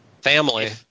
family